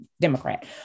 Democrat